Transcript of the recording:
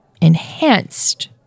enhanced